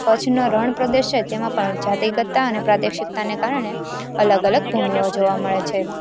કચ્છનો રણપ્રદેશ છે તેમાં પણ જાતિગતતા અને પ્રાદેશિકતાને કારણે અલગ અલગ ભૂમીઓ જોવા મળે છે